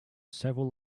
several